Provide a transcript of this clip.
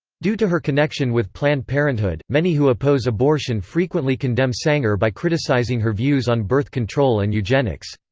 due to her connection with planned parenthood, many who oppose abortion frequently condemn sanger by criticizing her views on birth control and eugenics.